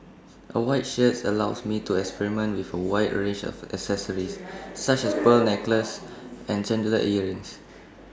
A white shirt allows me to experiment with A wide range of accessories such as pearl necklaces and chandelier earrings